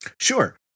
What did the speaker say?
Sure